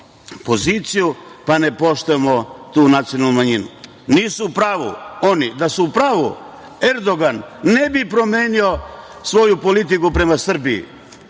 poziciju pa ne poštujemo tu nacionalnu manjinu. Nisu u pravu oni. Da su u pravu, Erdogan ne bi promenio svoju politiku prema Srbiji,